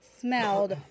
smelled